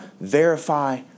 verify